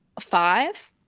five